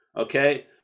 Okay